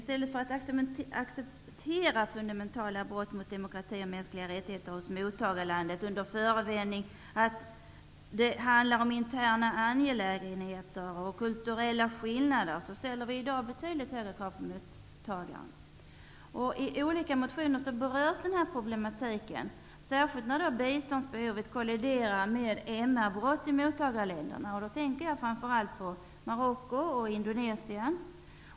I stället för att acceptera fundamentala brott mot demokrati och mänskliga rättigheter hos mottagarlandet, under förevändningen att det handlar om interna angelägenheter och kulturella skillnader, ställer vi i dag krav på mottagaren. Denna problematik berörs i olika motioner, särskilt vad gäller mottagarländer i vilka det också förekommer MR-brott. Jag tänker framför allt på Marocko och Indonesien.